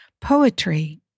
poetry